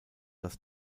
das